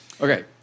Okay